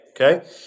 okay